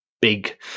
big